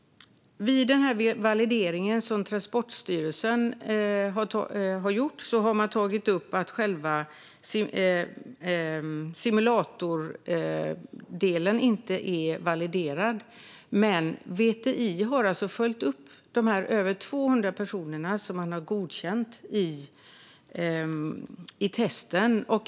Vid den validering som Transportstyrelsen har gjort har det tagits upp att själva simulatordelen inte är validerad. Men VTI har följt upp de över 200 personer som har godkänts i testet.